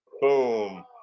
Boom